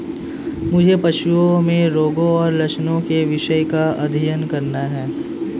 मुझे पशुओं में रोगों और लक्षणों के विषय का अध्ययन करना है